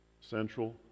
central